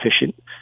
efficient